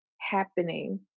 happening